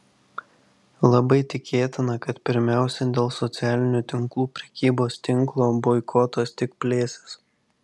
labai tikėtina kad pirmiausia dėl socialinių tinklų prekybos tinklo boikotas tik plėsis